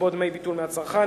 לגבות דמי ביטול מהצרכן,